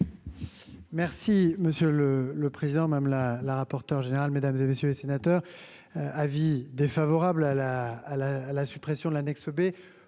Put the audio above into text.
Merci monsieur le le président même la la rapporteur général, mesdames et messieurs les sénateurs, avis défavorable à la à la à la suppression de l'annexe B